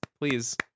please